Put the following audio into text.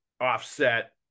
offset